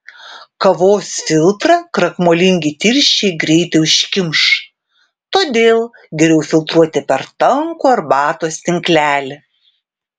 kavos filtrą krakmolingi tirščiai greitai užkimš todėl geriau filtruoti per tankų arbatos tinklelį